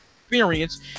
experience